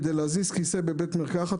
כדי להזיז כיסא בבית מרקחת,